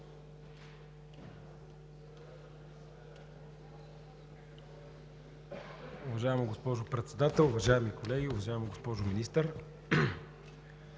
Уважаема госпожо Председател, уважаеми колеги! Уважаема госпожо Министър,